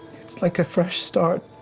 it's like a fresh start.